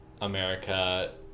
America